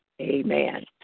Amen